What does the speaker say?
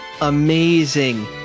amazing